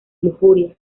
lujuria